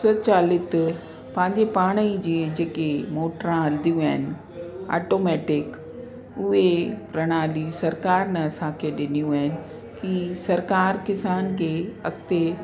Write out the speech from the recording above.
स्वचालित पंहिंजे पाण ई जे जेके मोटरा हलंदियूं आहिनि अटोमैटिक उहे प्रणाली सरकारि न असांखे ॾिनियूं आहिनि की सरकारि किसान खे अॻिते